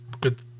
good